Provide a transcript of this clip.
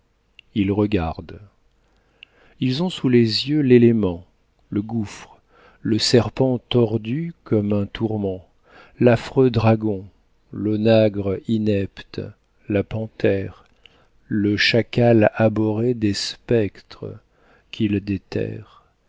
ils regardent ils ont sous les yeux l'élément le gouffre le serpent tordu comme un tourment l'affreux dragon l'onagre inepte la panthère le chacal abhorré des spectres qu'il déterre